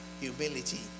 humility